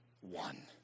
one